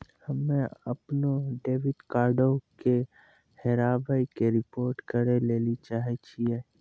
हम्मे अपनो डेबिट कार्डो के हेराबै के रिपोर्ट करै लेली चाहै छियै